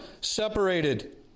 separated